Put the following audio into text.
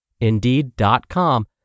Indeed.com